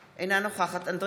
אינו נוכח אורית פרקש הכהן,